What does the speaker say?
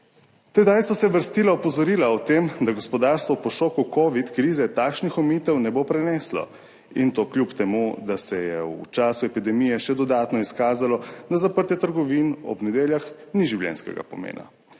Tedaj so se vrstila opozorila o tem, da gospodarstvo po šoku covid krize takšnih omejitev ne bo preneslo in to kljub temu, da se je v času epidemije še dodatno izkazalo, da zaprtje trgovin ob nedeljah ni življenjskega pomena.